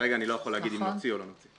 כרגע אני לא יכול להגיד אם נוציא או לא נוציא.